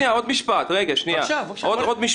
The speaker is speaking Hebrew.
אשרו את החוזר רק ובתנאי שעד פתיחת שנת הלימודים הקרובה